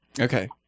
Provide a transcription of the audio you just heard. Okay